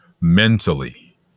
mentally